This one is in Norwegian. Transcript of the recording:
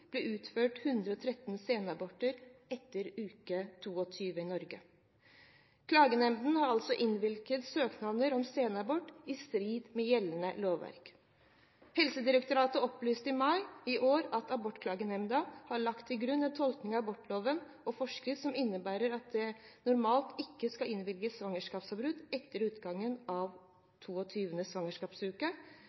ble utført 113 senaborter etter uke 22 i Norge. Klagenemnda har altså innvilget søknader om senabort i strid med gjeldende lovverk. Helsedirektoratet opplyste i mai i år at abortklagenemnda har lagt til grunn en tolkning av abortloven og forskriften som innebærer at det normalt ikke skal innvilges svangerskapsavbrudd etter utgangen av 22. svangerskapsuke,